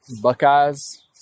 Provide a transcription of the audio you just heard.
buckeyes